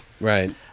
Right